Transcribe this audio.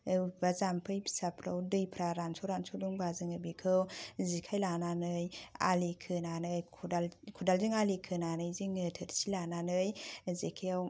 अबेबा जामफै फिसाफ्राव दैफ्रा रानस' रानस' दंबा बिखौ जेखाइ लानानै आलि खौनानै खदाल खदालजों आलि खोनानै जोङो थोरसि लानानै जेखायाव